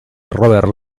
robert